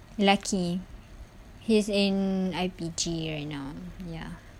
lelaki he's in I_P_G right now ya